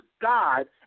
God